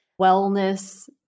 wellness